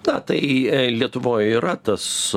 na tai lietuvoj yra tas